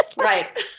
right